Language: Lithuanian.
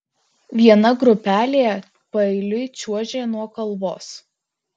viena grupelė paeiliui čiuožė nuo kalvos